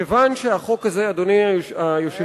כיוון שהחוק הזה, אדוני היושב-ראש,